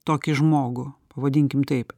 tokį žmogų pavadinkim taip